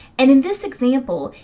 and in this example,